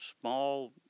small